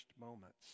moments